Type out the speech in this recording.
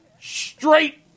straight